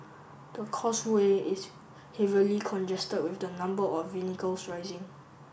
the causeway is heavily congested with the number of rising